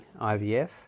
IVF